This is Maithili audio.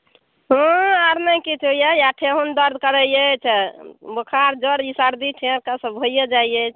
हँ आओर नहि किछु होइए इएह ठेहुन दर्द करैत अछि बोखार ज्वर ई सर्दी छेँक ईसभ तऽ भैए जाइत अछि